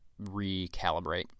recalibrate